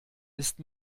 ist